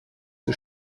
zur